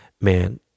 Man